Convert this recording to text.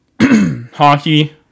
Hockey